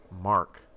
Mark